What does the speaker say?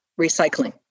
recycling